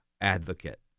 advocate